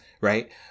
right